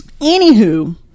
Anywho